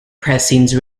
pressings